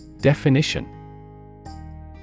Definition